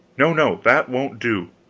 no, no, that won't do!